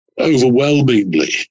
overwhelmingly